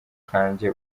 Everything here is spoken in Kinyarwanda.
kanjye